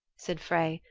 said frey,